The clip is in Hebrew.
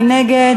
מי נגד?